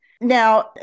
Now